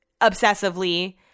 obsessively